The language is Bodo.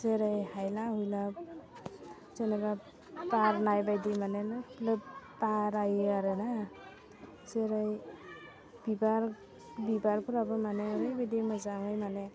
जेरै हाइला हुइला जेन'बा बारनाय बायदि माने लोब बारायो आरो ना जेरै बिबार बिबारफोराबो माने ओरैबायदि मोजाङै माने